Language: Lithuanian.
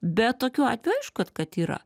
bet tokių atvej aiš kad kad yra